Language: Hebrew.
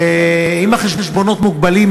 אם החשבונות מוגבלים,